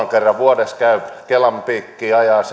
muutaman kerran vuodessa käyvät kelan piikkiin ajavat